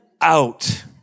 out